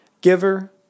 giver